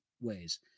ways